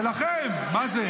שלכם, מה זה?